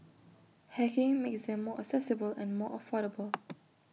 hacking makes them more accessible and more affordable